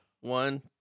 One